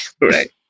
Right